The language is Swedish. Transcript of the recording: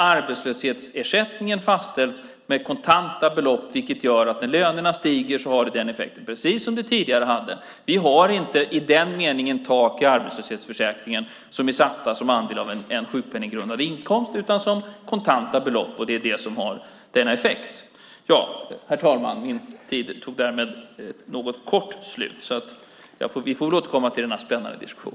Arbetslöshetsersättningen fastställs med kontanta belopp, vilket gör att när lönerna stiger får det den effekten, precis som det tidigare hade. Vi har inte i den meningen tak i arbetslöshetsförsäkringen som är satta som andel av en sjukpenninggrundande inkomst, utan som kontanta belopp. Det är det som får denna effekt. Herr talman! Min tid tog därmed slut. Det blev något kort. Vi får väl återkomma till denna spännande diskussion.